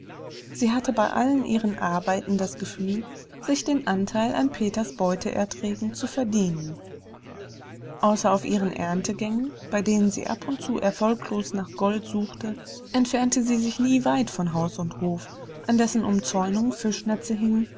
sie hatte bei allen ihren arbeiten das gefühl sich den anteil an peters beute erträgen zu verdienen außer auf ihren erntegängen bei denen sie ab und zu erfolglos nach gold suchte entfernte sie sich nie weit von haus und hof an dessen umzäunung fischnetze hingen